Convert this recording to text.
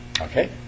Okay